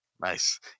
Nice